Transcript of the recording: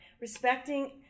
respecting